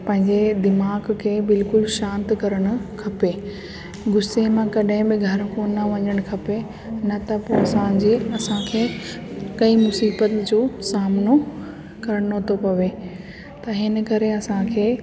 पंहिंजे दीमाग़ु खे बिल्कुल शांति करणु खपे गुस्से मां कॾहिं बि घर मो न वञणु खपे न त पोइ असांजे असांखे कई मुसीबतु जो सामिनो करिणो थो पवे त हिन करे असांखे